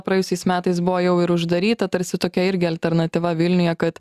praėjusiais metais buvo jau ir uždaryta tarsi tokia irgi alternatyva vilniuje kad